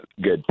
good